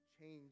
Change